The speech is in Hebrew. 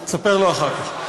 אני אספר לו אחר כך.